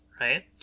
right